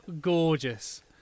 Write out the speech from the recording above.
gorgeous